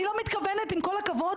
עם כל הכבוד,